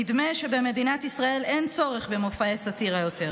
נדמה שבמדינת ישראל אין צורך במופעי סאטירה יותר.